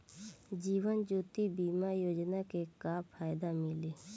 जीवन ज्योति बीमा योजना के का फायदा मिली?